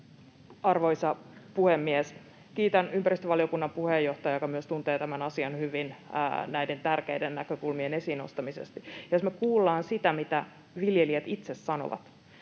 Arvoisa puhemies! Kiitän ympäristövaliokunnan puheenjohtajaa, joka myös tuntee tämän asian hyvin, näiden tärkeiden näkökulmien esiin nostamisesta. Jos me kuullaan sitä, mitä viljelijät itse sanovat,